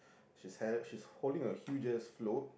she hair she holding a huge jet float